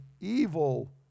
evil